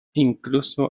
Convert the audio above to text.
incluso